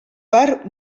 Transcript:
per